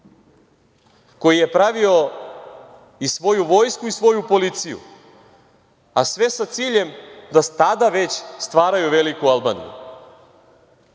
koji je pravio i svoju vojsku i svoju policiju, a sve sa ciljem da tada već stvaraju „Veliku Albaniju“.